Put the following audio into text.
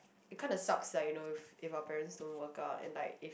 it kind of suck lah you know if our parents don't work out and like is